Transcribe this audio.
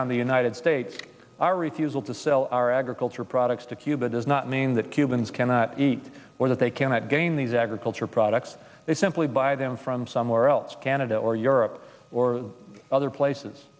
on the united states our refusal to sell our agricultural products to cuba does not mean that cubans cannot eat or that they cannot gain these agriculture products they simply buy them from somewhere else canada or europe or other places